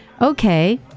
okay